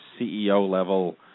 CEO-level